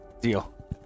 deal